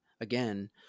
again